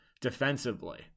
defensively